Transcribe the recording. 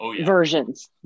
versions